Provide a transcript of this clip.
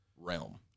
realm